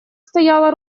стояло